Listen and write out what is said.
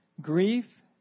grief